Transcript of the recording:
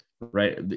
right